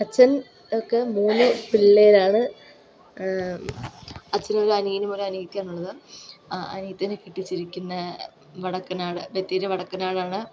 അച്ഛൻ ഒക്കെ മൂന്ന് പിള്ളേരാണ് അച്ഛന് ഒരനിയനും ഒരനിയത്തിയാണുള്ളത് അനിയത്തിയെ കെട്ടിച്ചിരിക്കുന്നത് വടക്കനാട് ബെത്തേരി വടക്കനാടാണ്